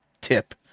tip